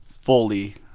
fully